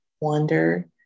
wonder